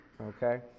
okay